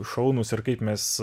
šaunūs ir kaip mes